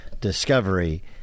discovery